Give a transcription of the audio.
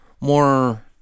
More